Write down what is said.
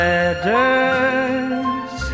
Letters